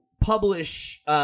publish –